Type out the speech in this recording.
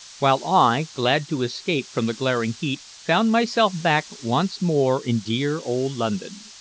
while i, glad to escape from the glaring heat, found myself back once more in dear old london.